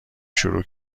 شروع